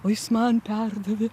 o jis man perdavė